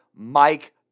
Mike